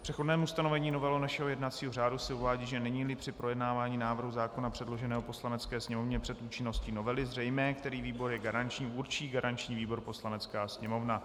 V přechodném ustanovení novely našeho jednacího řádu se uvádí, že neníli při projednávání návrhu zákona předloženého Poslanecké sněmovně před účinností novely zřejmé, který výbor je garanční, určí garanční výbor Poslanecká sněmovna.